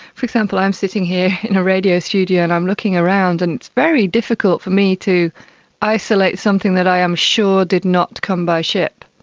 for example, i'm sitting here in a radio studio and i'm looking around, and very difficult for me to isolate something that i am sure did not come by ship.